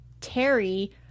terry